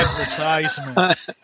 advertisement